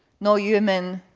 no human,